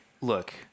look